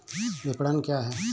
विपणन क्या है?